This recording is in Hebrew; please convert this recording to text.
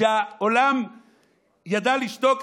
כשהעולם ידע לשתוק,